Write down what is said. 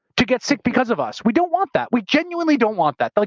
to get sick because of us. we don't want that. we genuinely don't want that. like